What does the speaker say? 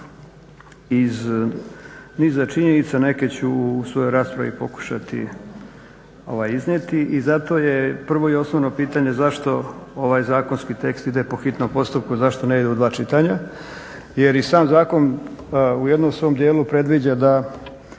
iz niza činjenica. Neke ću u svojoj raspravi pokušati iznijeti. I zato je prvo i osnovno pitanje zašto ovaj zakonski tekst ide po hitnom postupku, zašto ne ide u dva čitanja? Jer i sam zakon u jednom svom dijelu predviđa da